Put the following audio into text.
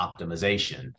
optimization